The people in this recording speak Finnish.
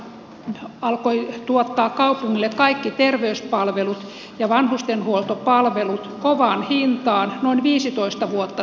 siellä folkhälsan alkoi tuottaa kaupungille kaikki terveyspalvelut ja vanhustenhuoltopalvelut kovaan hintaan noin viisitoista vuotta sitten